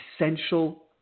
essential